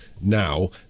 now